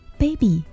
baby